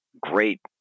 great